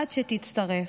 עד שתצטרף,